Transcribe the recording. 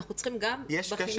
אנחנו צריכים גם בחינוך.